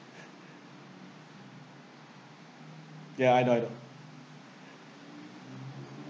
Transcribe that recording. yeah I know I know